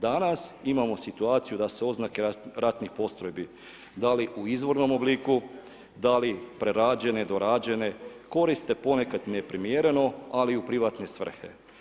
Danas imamo situaciju da se oznake ratnih postrojbi da li u izvornom obliku, da li prerađene, dorađene, koriste ponekad neprimjereno ali u privatne svrhe.